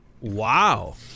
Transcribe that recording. Wow